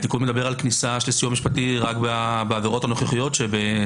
התיקון מדבר על כניסה של סיוע משפטי רק בעבירות הנוכחיות שבסעיף